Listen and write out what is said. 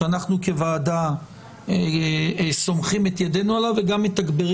שאנחנו כוועדה סומכים את ידינו עליו וגם מתגברים